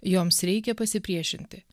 joms reikia pasipriešinti